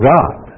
God